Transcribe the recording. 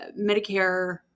Medicare